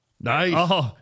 Nice